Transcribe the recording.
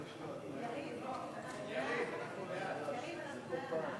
יריב, אנחנו בעד.